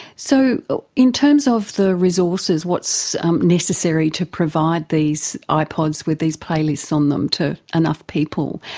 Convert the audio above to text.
so ah in terms of the resources, what's necessary to provide these ipods with these playlists on them to enough people?